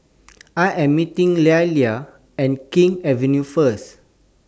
I Am meeting Lelia At King's Avenue First